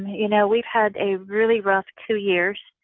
you know, we've had a really rough two years.